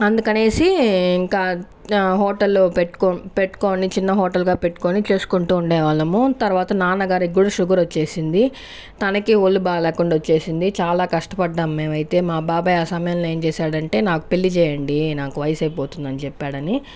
అందుకనేసి ఇంకా హోటల్ పెట్టు పెట్టుకుని చిన్న హోటల్ గా పెట్టుకుని చేసుకుంటూ ఉండేవాళ్ళము తర్వాత నాన్నగారికి కూడా షుగర్ వచ్చేసింది తనకి ఒళ్ళు బాలేకుండా వచ్చేసింది చాలా కష్టపడ్డాము మేమైతే మా బాబాయ్ ఆ సమయంలో ఏం చేసాడంటే నాకు పెళ్లి చేయండి నాకు వయసైపోతుంది అని చెప్పాడని